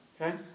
okay